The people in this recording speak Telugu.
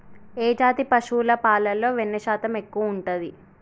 ఏ జాతి పశువుల పాలలో వెన్నె శాతం ఎక్కువ ఉంటది?